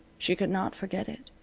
she could not forget it.